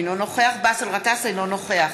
אינו נוכח באסל גטאס, אינו נוכח